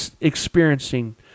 experiencing